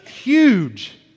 huge